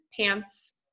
pants